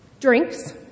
Drinks